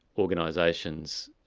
organisations